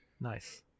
Nice